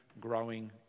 growing